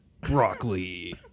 Broccoli